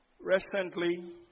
Recently